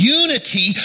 unity